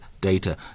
data